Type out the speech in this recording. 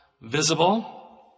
visible